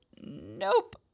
Nope